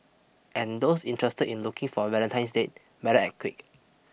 and those interested in looking for a Valentine's date better act quick